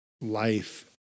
life